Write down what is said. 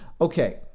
Okay